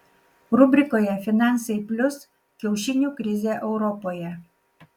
rubrikoje finansai plius kiaušinių krizė europoje